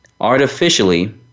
artificially